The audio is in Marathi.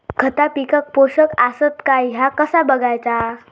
खता पिकाक पोषक आसत काय ह्या कसा बगायचा?